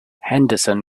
henderson